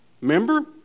Remember